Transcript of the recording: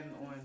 on